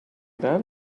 that